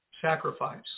sacrifice